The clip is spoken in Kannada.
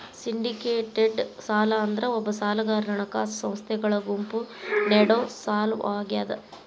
ಸಿಂಡಿಕೇಟೆಡ್ ಸಾಲ ಅಂದ್ರ ಒಬ್ಬ ಸಾಲಗಾರಗ ಹಣಕಾಸ ಸಂಸ್ಥೆಗಳ ಗುಂಪು ನೇಡೊ ಸಾಲವಾಗ್ಯಾದ